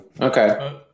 Okay